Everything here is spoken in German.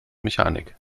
mechanik